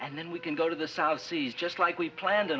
and then we can go to the south seas just like we plan